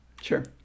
sure